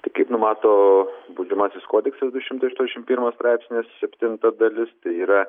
tai kaip numato baudžiamasis kodeksas du šimtai aštuoniasdešim pirmas straipsnis septinta dalis tai yra